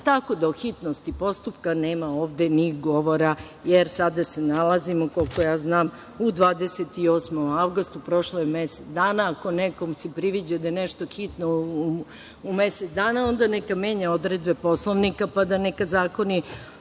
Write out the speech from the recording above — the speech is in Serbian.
tako da od hitnosti postupka nema ovde ni govora, jer sada se nalazimo, koliko ja znam, u 28. avgustu. Prošlo je mesec dana, ako se nekom priviđa da je nešto hitno u mesec dana, onda neka menja odredbe Poslovnika, pa neka zakoni